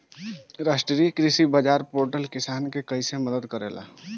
राष्ट्रीय कृषि बाजार पोर्टल किसान के कइसे मदद करेला?